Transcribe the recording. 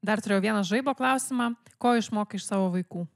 dar turėjau vieną žaibo klausimą ko išmokai iš savo vaikų